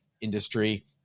industry